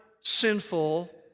sinful